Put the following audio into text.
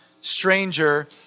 Stranger